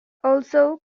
also